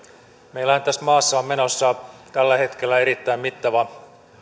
meillähän tässä maassa on menossa tällä hetkellä erittäin mittava